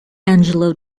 angelo